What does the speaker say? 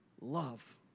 love